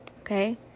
Okay